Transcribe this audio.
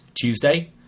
Tuesday